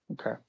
Okay